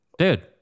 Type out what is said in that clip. Dude